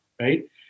right